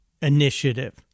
initiative